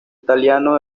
italiano